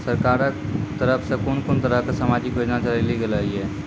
सरकारक तरफ सॅ कून कून तरहक समाजिक योजना चलेली गेलै ये?